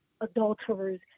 adulterers